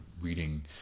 reading